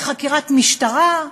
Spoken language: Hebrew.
בחקירת משטרה,